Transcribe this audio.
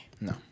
No